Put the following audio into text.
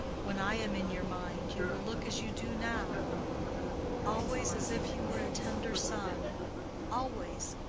when i am in your mind, you will look as you do now always as if you were a tender son always